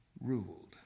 ruled